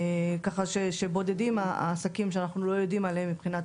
ככה שבודדים העסקים שאנחנו לא יודעים עליהם מבחינת